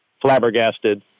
Flabbergasted